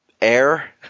air